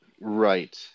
Right